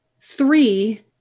three